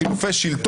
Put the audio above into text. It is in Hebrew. יש גם נציג